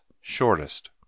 shortest